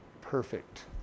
perfect